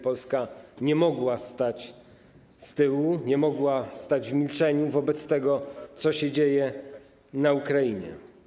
Polska nie mogła stać z tyłu, nie mogła stać w milczeniu wobec tego, co się dzieje na Ukrainie.